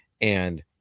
and-